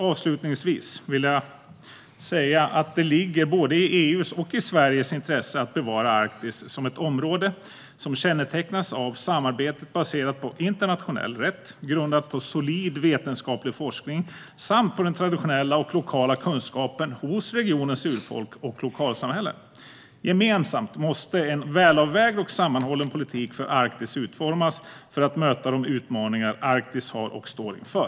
Avslutningsvis vill jag säga att det ligger i både EU:s och Sveriges intresse att bevara Arktis som ett område som kännetecknas av samarbete grundat på internationell rätt, solid vetenskaplig forskning samt den traditionella och lokala kunskapen hos regionens urfolk och lokalsamhällen. Gemensamt måste en välavvägd och sammanhållen politik för Arktis utformas för att möta de utmaningar Arktis har och står inför.